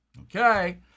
Okay